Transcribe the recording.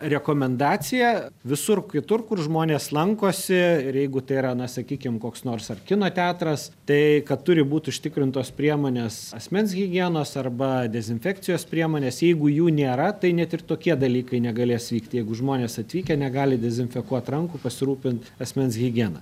rekomendacija visur kitur kur žmonės lankosi ir jeigu tai yra na sakykim koks nors ar kino teatras tai kad turi būt užtikrintos priemonės asmens higienos arba dezinfekcijos priemonės jeigu jų nėra tai net ir tokie dalykai negalės vykti jeigu žmonės atvykę negali dezinfekuot rankų pasirūpint asmens higiena